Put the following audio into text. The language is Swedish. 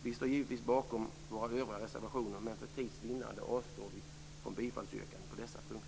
Vi står givetvis bakom våra övriga reservationer, men för tids vinnande avstår vi från bifallsyrkanden på dessa punkter.